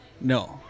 No